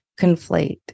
conflate